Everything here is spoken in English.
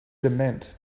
dement